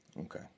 Okay